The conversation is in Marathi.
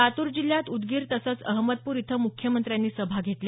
लातूर जिल्ह्यात उदगीर तसंच अहमदपूर इथं मुख्यमंत्र्यांनी सभा घेतल्या